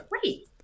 great